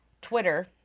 Twitter